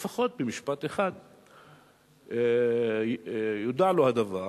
שלפחות במשפט אחד יודיעו לו על הדבר